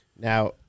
Now